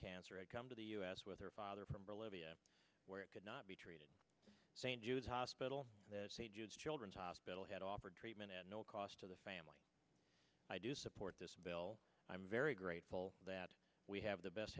cancer had come to the u s with her father from berlin where it could not be treated hospital children's hospital had offered treatment at no cost to the family i do support this bill i'm very grateful that we have the best